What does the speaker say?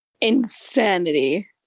Insanity